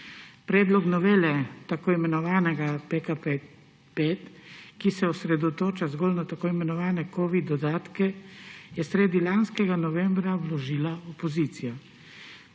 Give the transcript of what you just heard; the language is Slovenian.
Predlog novele tako imenovanega PKP 5, ki se osredotoča zgolj na tako imenovane covid dodatke, je sredi lanskega novembra vložila opozicija.